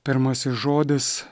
pirmasis žodis